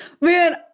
Man